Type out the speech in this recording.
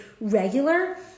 regular